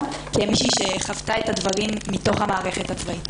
כמי שחוותה את הדברים מתוך המערכת הצבאית.